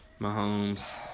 Mahomes